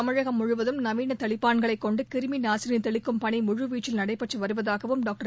தமிழகம் முழுவதும் நவீன தெளிப்பான்களை கொண்டு கிருமி நாசினி தெளிக்கும் பணி முழுவீச்சில் நடைபெற்று வருவதாகவும் டாக்டர்